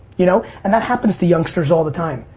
you know and that happens to youngsters all the time.